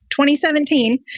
2017